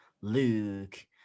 Luke